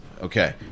Okay